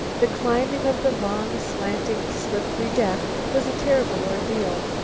the climbing of the long, slanting, slippery deck was a terrible ordeal.